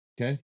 Okay